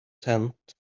tent